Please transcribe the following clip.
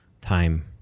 time